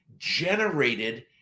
generated